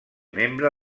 membre